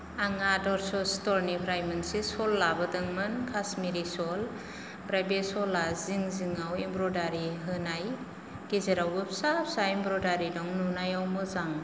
आं आदर्स' स्टरनिफ्राय मोनसे शल लाबोदोंमोन खाश्मिरी शल ओमफ्राय बे शला जिं जिंआव एमब्रयदारी होनाय गेजेरावबो फिसा फिसा एमब्रयदारी दं नुनायाव मोजां